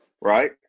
right